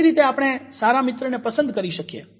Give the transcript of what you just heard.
કેવી રીતે આપણે સારા મિત્રને પસંદ કરી શકીએ